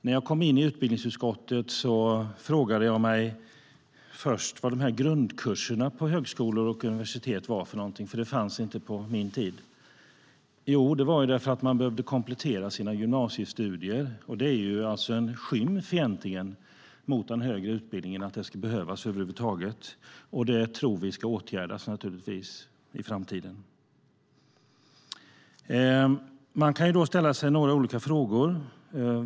När jag kom in i utbildningsutskottet frågade jag mig först vad grundkurserna på högskolor och universitet var för något. De fanns inte på min tid. Jo, de fanns för att man behövde komplettera sina gymnasiestudier. Det är en skymf mot den högre utbildningen att denna komplettering över huvud taget behövs. Det ska naturligtvis åtgärdas i framtiden. Man kan då ställa sig några frågor.